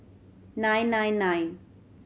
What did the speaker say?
nine nine nine